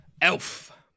Elf